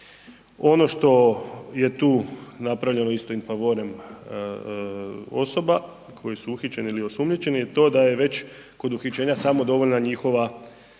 Ono što je tu napravljeno isto in favorem osoba koje su uhićene ili osumnjičene je to da je već kod uhićenja samo dovoljna njihova izjava